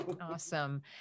awesome